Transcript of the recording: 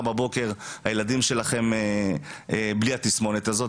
בבוקר הילדים שלכם יהיו בלי התסמונת הזאת,